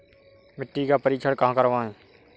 मिट्टी का परीक्षण कहाँ करवाएँ?